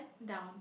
down